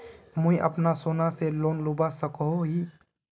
मुई अपना सोना से लोन लुबा सकोहो ही?